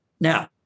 Now